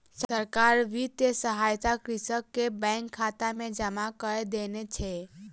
सरकार वित्तीय सहायता कृषक के बैंक खाता में जमा कय देने छै